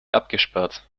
abgesperrt